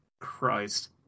Christ